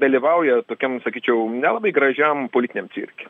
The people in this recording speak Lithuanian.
dalyvauja tokiam sakyčiau nelabai gražiam politiniam cirke